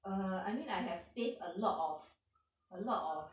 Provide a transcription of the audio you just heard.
err I mean I have taste a lot of a lot of